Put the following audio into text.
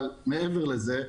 אבל מעבר לזה,